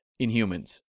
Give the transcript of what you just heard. Inhumans